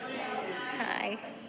Hi